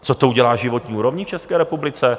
Co to udělá s životní úrovní v České republice?